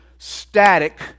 static